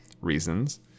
reasons